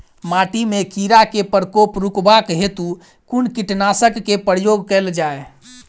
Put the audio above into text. माटि मे कीड़ा केँ प्रकोप रुकबाक हेतु कुन कीटनासक केँ प्रयोग कैल जाय?